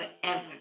forever